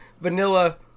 vanilla